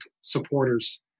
supporters